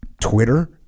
Twitter